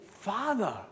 father